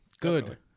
Good